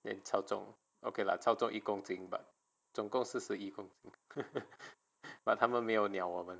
then 超重 okay lah 超重一公斤 but 总共四十一公斤 but 他们没有鸟我们